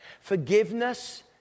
Forgiveness